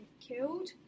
killed